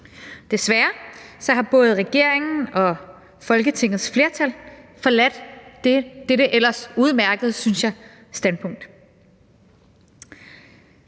Desværre har både regeringen og Folketingets flertal forladt dette ellers udmærkede, synes